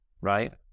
right